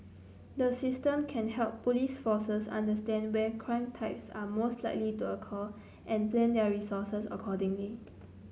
the system can help police forces understand when crime types are most likely to occur and plan their resources accordingly